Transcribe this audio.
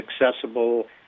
accessible